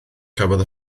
cafodd